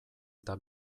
eta